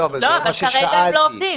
כרגע הם לא עובדים,